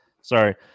sorry